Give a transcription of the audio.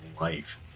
life